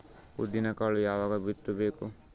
ಉದ್ದಿನಕಾಳು ಯಾವಾಗ ಬಿತ್ತು ಬೇಕು?